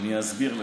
אני אסביר לך.